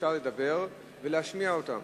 אפשר לדבר ולהשמיע אותם.